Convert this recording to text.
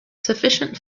sufficient